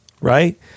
Right